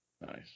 nice